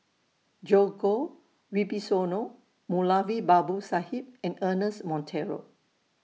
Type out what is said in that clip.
Djoko Wibisono Moulavi Babu Sahib and Ernest Monteiro